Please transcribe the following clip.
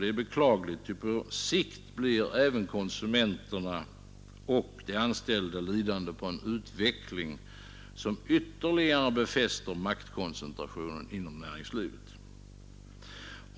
Det är beklagligt, eftersom på sikt även konsumenterna och de anställda blir lidande på en utveckling som ytterligare befäster maktkoncentrationen inom näringslivet.